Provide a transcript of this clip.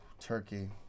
Turkey